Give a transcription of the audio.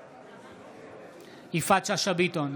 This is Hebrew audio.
בעד יפעת שאשא ביטון,